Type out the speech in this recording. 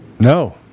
No